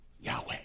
Yahweh